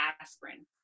aspirin